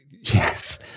Yes